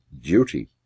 duty